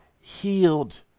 healed